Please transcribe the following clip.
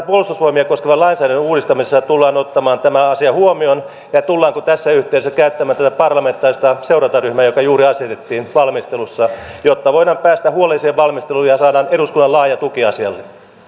puolustusvoimia koskevan lainsäädännön uudistamisessa tullaan ottamaan tämä asia huomioon tullaanko tässä yhteydessä käyttämään tätä parlamentaarista seurantaryhmää joka juuri asetettiin valmistelussa jotta voidaan päästä huolelliseen valmisteluun ja saada eduskunnan laaja tuki asialle